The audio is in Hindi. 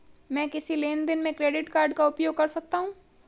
मैं किस लेनदेन में क्रेडिट कार्ड का उपयोग कर सकता हूं?